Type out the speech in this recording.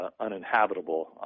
uninhabitable